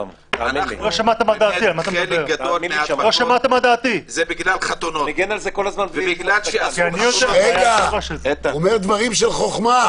חלק גדול זה בגלל חתונות, ובגלל שאסרו על חתונות.